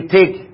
take